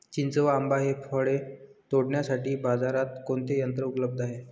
चिंच व आंबा हि फळे तोडण्यासाठी बाजारात कोणते यंत्र उपलब्ध आहे?